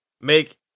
make